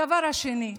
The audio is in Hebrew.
הדבר השני,